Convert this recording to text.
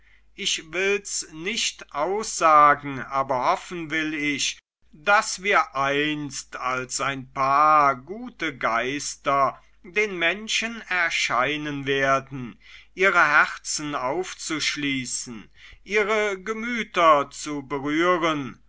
ich will's nicht aussagen aber hoffen will ich daß wir einst als ein paar gute geister den menschen erscheinen werden ihre herzen aufzuschließen ihre gemüter zu berühren